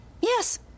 Yes